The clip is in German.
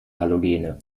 halogene